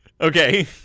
Okay